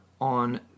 on